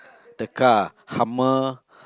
the car hummer